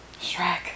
Shrek